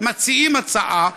מציעים הצעה,